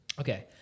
Okay